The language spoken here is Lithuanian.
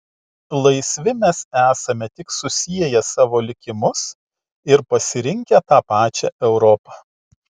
laisvi mes esame tik susieję savo likimus ir pasirinkę tą pačią europą